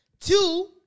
Two